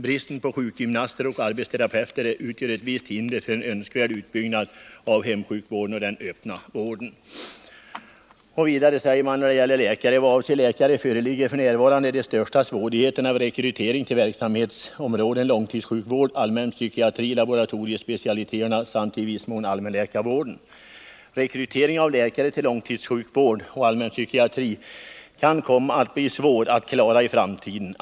Bristen på sjukgymnaster och arbetsterapeuter utgör ett visst hinder för en önskvärd utbyggnad av hemsjukvården och den öppna vården.” Vidare säger man i fråga om läkare: ”Vad avser läkare föreligger f n de största svårigheterna vid rekrytering till verksamhetsområden långtidssjukvård, allmän psykiatri, laboratoriespecialiteterna samt i viss mån allmänläkarvården. Rekrytering av läkare till långtidssjukvård och allmänpsykiatri kan komma att bli svår att klara i framtiden.